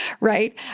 right